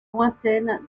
lointaines